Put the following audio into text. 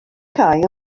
cau